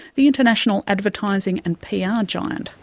the international advertising and pr ah giant.